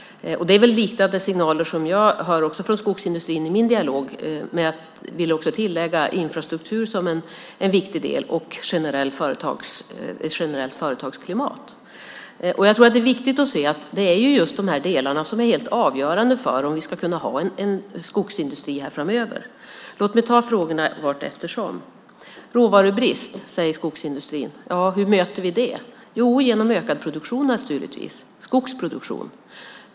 Det är väl liknande signaler som jag får från skogsindustrin i min dialog, men jag vill tillägga infrastruktur som en viktig del och ett generellt företagsklimat. Det är viktigt att se att det är just de här delarna som är helt avgörande för om vi ska kunna ha en skogsindustri här framöver. Låt mig ta frågorna vartefter. Råvarubrist, säger skogsindustrin. Hur möter vi det? Genom ökad produktion naturligtvis, skogsproduktion.